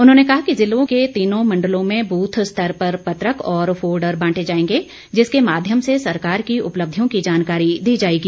उन्होंने कहा कि ज़िले के तीनों मंडलों में ब्रथ स्तर पर पत्रक और फोल्डर बांटे जाएंगे जिसके माध्यम से सरकार की उपलब्धियों की जानकारी दी जाएगी